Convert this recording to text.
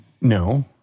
No